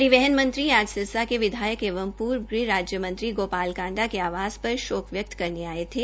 परिवहन मंत्री आज सिरसा के विधायक एवं प्र्व गृह राज्य मंत्री गोपाल कांडा के आवास पर शोक व्यक्त करने आए थे